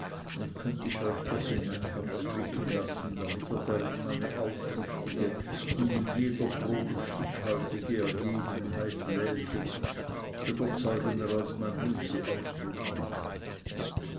könnt ich euch doch in mein herz blicken lassen damit ihr darin meine aufrichtige und in jeder probe stichhaltige ergebenheit läset überzeugender als mein mund sie ausdrücken kann